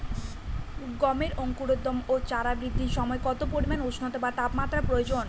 গমের অঙ্কুরোদগম ও চারা বৃদ্ধির সময় কত পরিমান উষ্ণতা বা তাপমাত্রা প্রয়োজন?